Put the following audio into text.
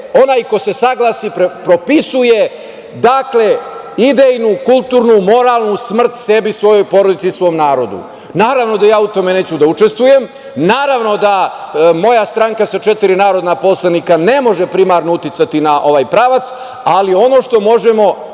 Onaj ko se saglasi, propisuje idejnu, kulturnu, moralnu smrt sebi i svojoj porodici i svom narodu. Naravno da ja u tome neću da učestvujem. Naravno da moja stranka sa četiri narodna poslanika ne može primarno uticati na ovaj pravac, ali ono što možemo